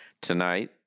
tonight